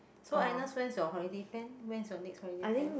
so Agnes when is your holiday plan when is your next holiday plan